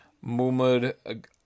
Muhammad